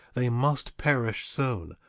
they must perish soon,